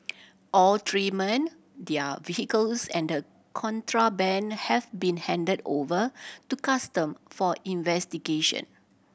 all three men their vehicles and the contraband have been handed over to Custom for investigation